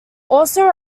also